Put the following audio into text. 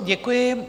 Děkuji.